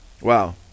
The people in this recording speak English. Wow